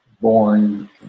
born